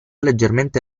leggermente